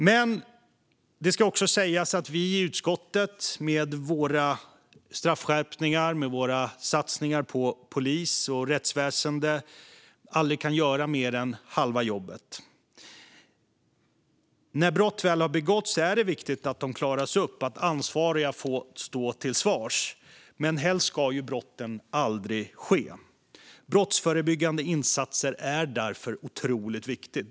Men det ska också sägas att vi i utskottet med våra straffskärpningar och våra satsningar på polis och rättsväsen aldrig kan göra mer än halva jobbet. När brott väl har begåtts är det viktigt att de klaras upp och att ansvariga får stå till svars. Men helst ska brotten aldrig ske. Det är därför otroligt viktigt med brottsförebyggande insatser.